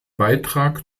beitrag